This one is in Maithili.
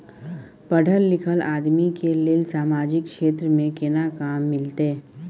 पढल लीखल आदमी के लेल सामाजिक क्षेत्र में केना काम मिलते?